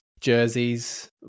jerseys